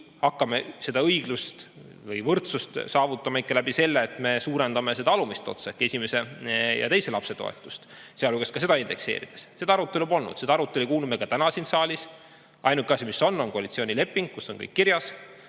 hakkame seda õiglust või võrdsust saavutama selle kaudu, et suurendame seda alumist otsa ehk esimese ja teise lapse toetust, sealhulgas ka seda indekseerides – seda arutelu polnud. Seda arutelu ei kuulnud me ka täna siin saalis. Ainuke asi, mis on, on koalitsioonileping, kus on kõik kirjas.